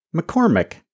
McCormick